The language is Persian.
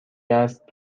است